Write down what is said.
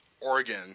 Oregon